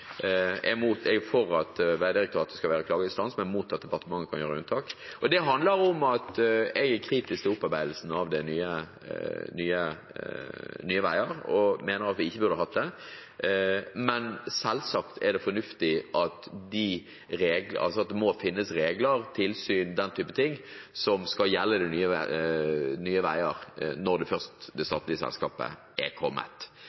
Jeg er for at Vegdirektoratet skal være klageinstans, men mot at departementet kan gjøre unntak. Det handler om at jeg er kritisk til opparbeidelsen av Nye Veier, og mener vi ikke burde hatt det, men selvsagt er det fornuftig at det finnes regler, tilsyn, den type ting, som skal gjelde Nye Veier, når først det statlige selskapet er kommet.